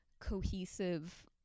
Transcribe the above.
cohesive